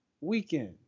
weekend